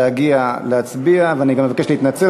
זה ממש אבסורד,